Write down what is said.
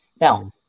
Now